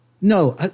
No